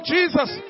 Jesus